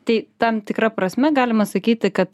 tai tam tikra prasme galima sakyti kad